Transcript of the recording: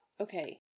okay